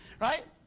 right